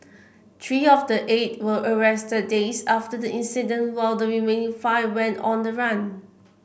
three of the eight were arrested days after the incident while the remaining five went on the run